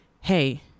hey